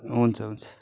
हुन्छ हुन्छ